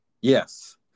Yes